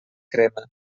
crema